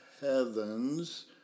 heavens